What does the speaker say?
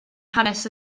hanes